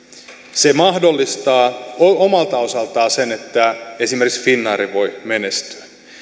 se mahdollistaa omalta osaltaan sen että esimerkiksi finnair voi menestyä